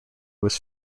was